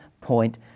point